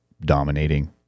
dominating